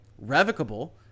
revocable